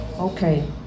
Okay